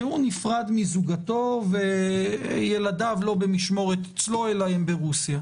הוא נפרד מזוגתו וילדיו לא במשמורת אצלו אלא הם ברוסיה,